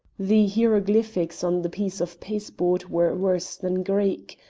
the hieroglyphics on the piece of pasteboard were worse than greek.